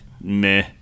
Meh